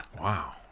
Wow